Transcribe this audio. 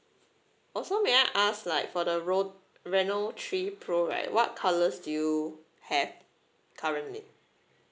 also may I ask like for the rop~ reno three pro right what colors do you have currently